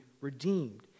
redeemed